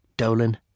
Dolan